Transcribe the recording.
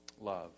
love